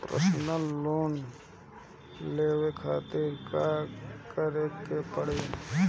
Personal loan लेवे खातिर का करे के पड़ी?